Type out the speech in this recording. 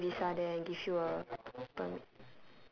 your working visa there and give you a permit